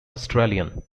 australian